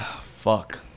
Fuck